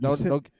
No